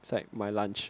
it's like my lunch